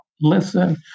listen